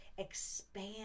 expand